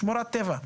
שמורת טבע.